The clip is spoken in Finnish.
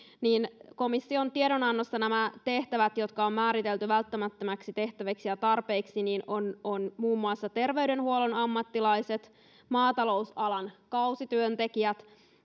ja komission tiedonannossa nämä tehtävät jotka on määritelty välttämättömiksi tehtäviksi ja tarpeiksi ovat muun muassa terveydenhuollon ammattilaiset maatalousalan kausityöntekijät